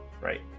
right